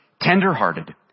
tenderhearted